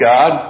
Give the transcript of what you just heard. God